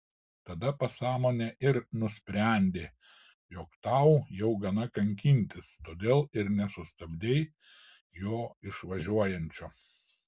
tada pasąmonė ir nusprendė jog tau jau gana kankintis todėl ir nesustabdei jo išvažiuojančio